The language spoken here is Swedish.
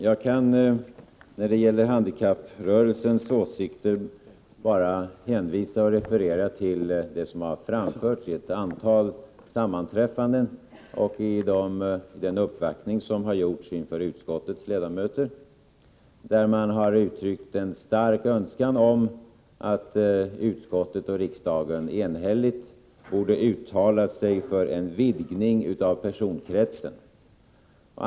Herr talman! När det gäller handikapprörelsens åsikter kan jag bara hänvisa och referera till det som har framförts vid ett antal sammanträffanden och i den uppvaktning som har gjorts inför utskottets ledamöter, där handikapprörelsen uttryckte en stark önskan om att utskottet och riksdagen enhälligt skulle uttala sig för en utvidgning av personkretsen.